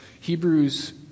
Hebrews